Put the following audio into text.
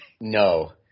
No